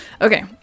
Okay